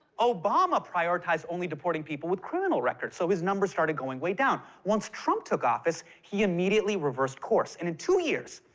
obama prioritized only deporting people with criminal records, so his numbers started going way down. once trump took office, he immediately reversed course, and in two years,